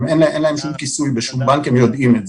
אין להם כל כיסוי בבנק והרשויות יודעות זאת